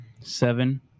Seven